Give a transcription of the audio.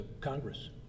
Congress